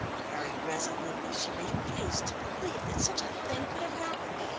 very resolutely she refused to believe that such a thing could have happened.